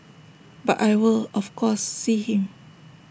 but I will of course see him